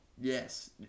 Yes